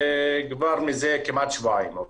כבר מזה כמעט שבועיים.